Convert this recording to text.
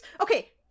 okay